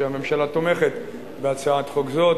שהממשלה תומכת בהצעת חוק זו.